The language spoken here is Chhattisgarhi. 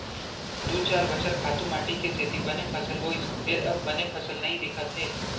दू चार बछर खातू माटी के सेती बने फसल होइस फेर अब बने फसल नइ दिखत हे